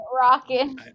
rocking